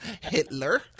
Hitler